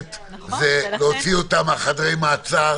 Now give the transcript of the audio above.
שנית, להוציא אותם מחדרי המעצר